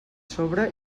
sobre